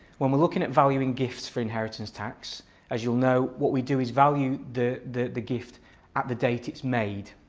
when we're looking at valuing gifts for inheritance tax as you'll know what we do is value the the gift at the date it's made.